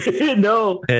no